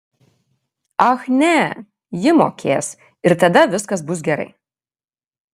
ach ne ji mokės ir tada viskas bus gerai